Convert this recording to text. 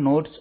समीकरण हैं